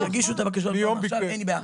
שיגישו את הבקשות עכשיו, אין לי בעיה.